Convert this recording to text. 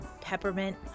peppermint